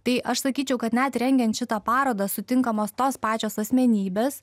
tai aš sakyčiau kad net rengiant šitą parodą sutinkamos tos pačios asmenybės